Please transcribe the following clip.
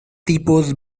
tipos